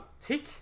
Tick